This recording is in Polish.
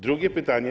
Drugie pytanie.